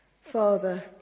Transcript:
Father